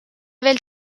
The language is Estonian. veel